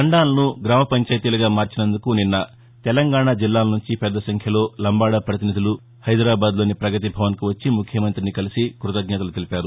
తండాలను గ్రామ పంచాయతీలుగా మార్చినందుకు నిన్న తెలంగాణ జిల్లాల నుంచి పెద్దసంఖ్యలో లంబాడా పతినిధులు హైదరాబాద్లోని పగతి భవన్కు వచ్చి ముఖ్యమంత్రిని కలిసి కృతజ్ఞతలు తెలిపారు